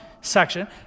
section